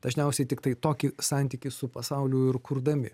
dažniausiai tiktai tokį santykį su pasauliu ir kurdami